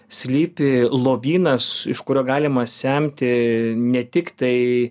slypi lobynas iš kurio galima semti ne tik tai